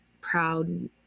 proud